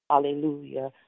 Hallelujah